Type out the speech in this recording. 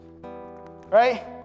right